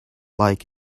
like